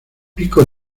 pico